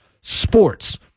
Sports